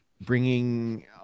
bringing